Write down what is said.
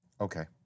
Okay